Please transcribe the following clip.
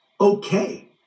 okay